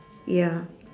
ya